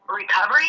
recovery